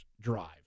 drive